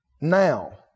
now